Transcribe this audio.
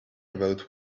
about